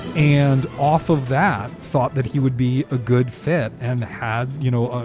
and off of that thought that he would be a good fit and have you know,